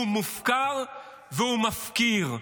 הוא מופקר והוא מפקיר,